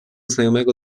znajomego